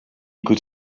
could